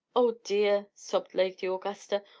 oh dear! sobbed lady augusta,